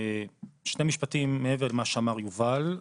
שני משפטים מעבר למה שאמר יובל,